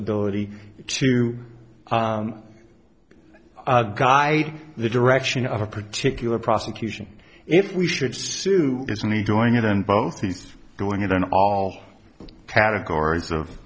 ability to guide the direction of a particular prosecution if we should sue isn't he doing it in both he's doing it in all categories of